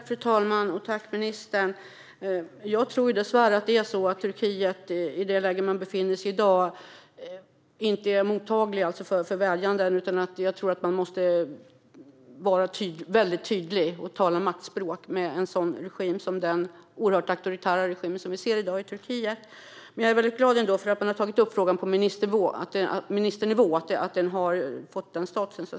Fru talman! Tack, ministern! Jag tror dessvärre att Turkiet i det läge som landet befinner sig i dag inte är mottagligt för vädjanden, utan man måste vara väldigt tydlig och tala maktspråk med en regim som den oerhört auktoritära regim som vi ser i dag i Turkiet. Jag är ändå glad att frågan har tagits upp på ministernivå, att den har fått den statusen.